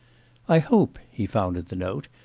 i hope he found in the note,